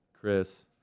Chris